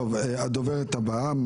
הדוברת הבאה,